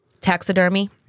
Taxidermy